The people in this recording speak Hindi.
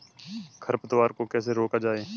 खरपतवार को कैसे रोका जाए?